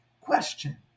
Question